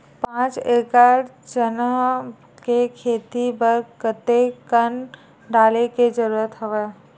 पांच एकड़ चना के खेती बर कते कन डाले के जरूरत हवय?